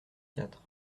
quatre